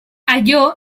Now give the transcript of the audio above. allò